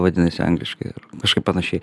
vadinasi angliškai kažkaip panašiai